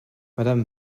madame